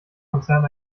konzern